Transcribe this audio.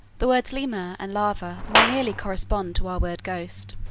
the words lemur and larva more nearly correspond to our word ghost.